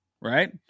Right